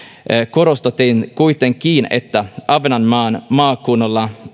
korostettiin kuitenkin että ahvenanmaan maakunnalla